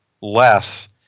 less